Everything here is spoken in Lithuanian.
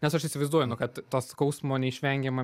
nes aš įsivaizduoju kad nu to skausmo neišvengiama